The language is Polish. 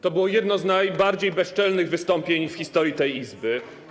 To było jedno z najbardziej bezczelnych wystąpień w historii tej Izby.